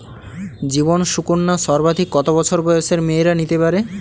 জীবন সুকন্যা সর্বাধিক কত বছর বয়সের মেয়েরা নিতে পারে?